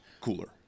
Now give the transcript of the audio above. Cooler